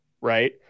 right